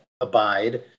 abide